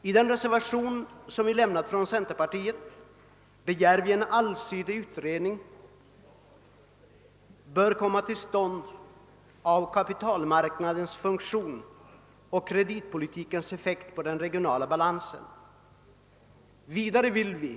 I den reservation som vi centerpartister har fogat till utskottets utlåtande begär vi att en allsidig utredning av kapitalmarknadens funktion och kreditpolitikens effekt på den regionala balansen skall komma till stånd.